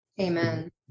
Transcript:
Amen